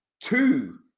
two